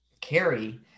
carry